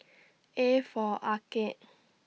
A For Arcade